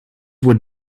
would